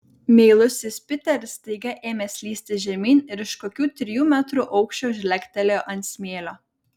meilusis piteris staiga ėmė slysti žemyn ir iš kokių trijų metrų aukščio žlegtelėjo ant smėlio